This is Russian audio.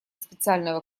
специального